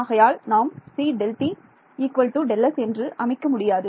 ஆகையால் நாம் cΔt Δs என்று அமைக்க முடியாது